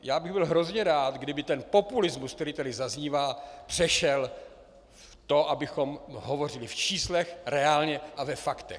Byl bych hrozně rád, kdyby ten populismus, který tady zaznívá, přešel v to, abychom hovořili v číslech, reálně a ve faktech.